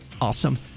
Awesome